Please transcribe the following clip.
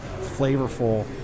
flavorful